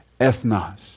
ethnos